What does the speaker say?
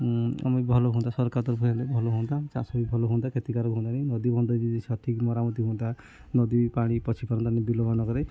ଆମେ ଭଲ ହୁଅନ୍ତା ସରକାର ତରଫରୁ ହେଲେ ଭଲ ହୁଅନ୍ତା ଚାଷ ବି ଭଲ ହୁଅନ୍ତା କ୍ଷତିକାର ହୁଅନ୍ତାନି ନଦୀ ବନ୍ଧରେ ଯଦି ସଠିକ୍ ମରାମତି ହୁଅନ୍ତା ନଦୀ ବି ପାଣି ପଶି ପାରନ୍ତାନି ବିଲମାନଙ୍କରେ